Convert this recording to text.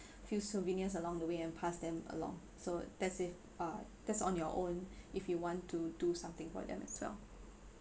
a few souvenirs along the way and pass them along so that's if uh that's on your own if you want to do something for them as well